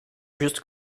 juste